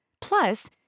Plus